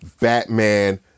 Batman